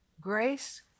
grace